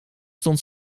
stond